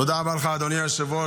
תודה רבה לך, אדוני היושב-ראש.